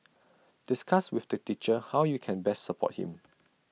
discuss with the teacher how you can best support him